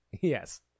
Yes